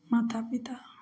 माता पिता